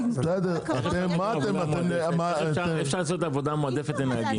אי אפשר לעשות עבודה מועדפת לנהגים.